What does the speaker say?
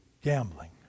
gambling